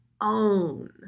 own